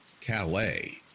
Calais